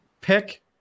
Pick